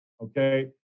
okay